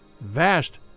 Vast